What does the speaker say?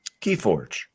Keyforge